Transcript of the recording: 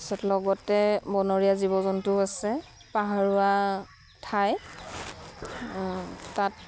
তাৰ পিছত লগতে বনৰীয়া জীৱ জন্তু আছে পাহাৰীয়া ঠাই তাত